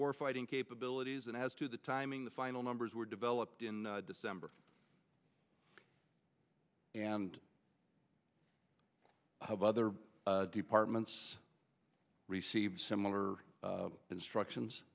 war fighting capabilities and as to the timing the final numbers were developed in december and other departments received similar instructions